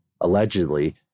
allegedly